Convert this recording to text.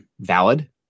valid